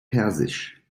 persisch